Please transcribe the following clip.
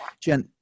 Jen